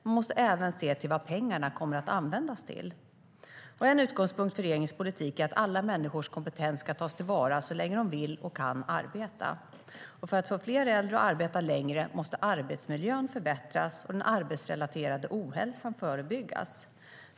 Man måste även se till vad pengarna kommer att användas till. En utgångspunkt för regeringens politik är att alla människors kompetens ska tas till vara så länge de vill och kan arbeta. För att få fler äldre att arbeta längre måste arbetsmiljön förbättras och den arbetsrelaterade ohälsan förebyggas.